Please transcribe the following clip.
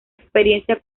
experiencia